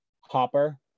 Hopper